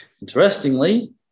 Interestingly